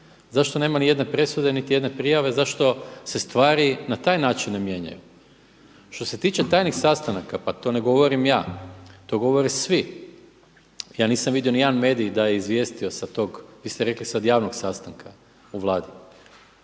zašto nema nijedne presude niti jedne prijave, zašto se stvari na taj način ne mijenjaju. Što se tiče tajnih sastanaka, pa to ne govorim ja, to govore svi, ja nisam vidio nijedan medij da je izvijestio sa tog, vi ste rekli sad javnog sastanka u Vladi.